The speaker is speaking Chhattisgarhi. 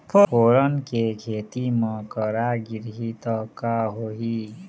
फोरन के खेती म करा गिरही त का होही?